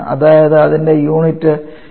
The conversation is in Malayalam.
അതായത് അതിന്റെ യൂണിറ്റ് kJ kg ആണ്